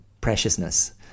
preciousness